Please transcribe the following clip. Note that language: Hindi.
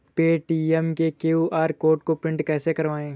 पेटीएम के क्यू.आर कोड को प्रिंट कैसे करवाएँ?